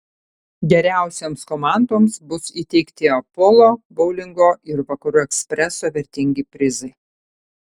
geriausioms komandoms bus įteikti apolo boulingo ir vakarų ekspreso vertingi prizai